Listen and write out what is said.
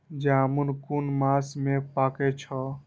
जामून कुन मास में पाके छै?